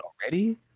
already